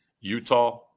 Utah